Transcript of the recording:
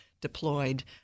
deployed